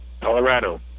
Colorado